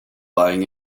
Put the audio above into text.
lying